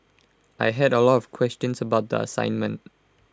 I had A lot of questions about the assignment